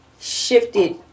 shifted